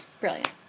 Brilliant